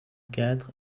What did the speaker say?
quatre